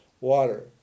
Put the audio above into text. water